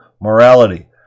morality